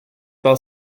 war